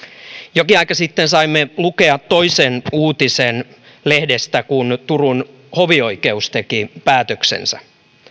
jokin aika sitten saimme lukea lehdestä toisen uutisen kun turun hovioikeus teki päätöksensä